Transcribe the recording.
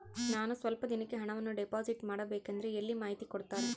ನಾನು ಸ್ವಲ್ಪ ದಿನಕ್ಕೆ ಹಣವನ್ನು ಡಿಪಾಸಿಟ್ ಮಾಡಬೇಕಂದ್ರೆ ಎಲ್ಲಿ ಮಾಹಿತಿ ಕೊಡ್ತಾರೆ?